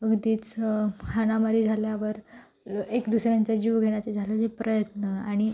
मध्येच हाणामारी झाल्यावर एक दुसऱ्यांचे जीव घेण्याचे झालेले प्रयत्न आणि